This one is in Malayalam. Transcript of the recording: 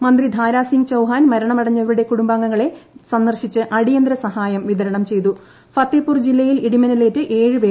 മന്ത്രി ദാരാസിംഗ് ചൌഹാൻ മരണമടഞ്ഞവരുടെ കുടുംബാംഗങ്ങളെ സന്ദർശിച്ച് അടിയന്തര സഹായം വിതരണം ജില്ലയിൽ ഇടിമിന്നലേറ്റ് ഏഴ് ചെയ്തു